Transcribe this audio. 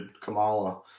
Kamala